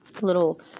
little